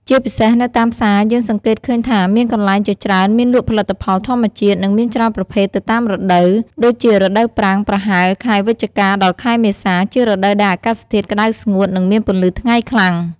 ជាពិសេសនៅតាមផ្សារយើងសង្កេតឃើញថាមានកន្លែងជាច្រើនមានលក់ផលិតផលធម្មជាតិ និងមានច្រើនប្រភេទទៅតាមរដូវ ដូចជារដូវប្រាំងប្រហែលខែវិច្ឆិកា ដល់ ខែមេសា ជារដូវដែលអាកាសធាតុក្តៅស្ងួត និងមានពន្លឺថ្ងៃខ្លាំង។